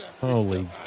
Holy